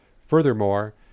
Furthermore